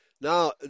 Now